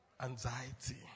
Anxiety